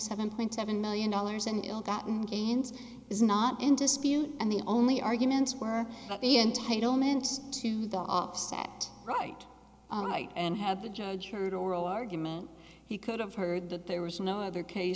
seven point seven million dollars in ill gotten gains is not in dispute and the only arguments were the entitlement to the offset right and have the judge heard oral argument he could have heard that there was no other case